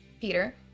Peter